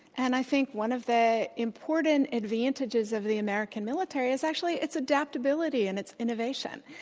and i think one of the important advantages of the american military is actually its adaptability, and its innovation.